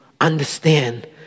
understand